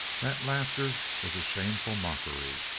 that laughter was a shameful mockery!